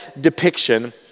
depiction